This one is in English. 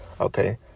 Okay